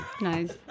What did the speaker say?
Nice